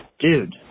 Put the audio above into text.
dude